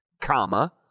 comma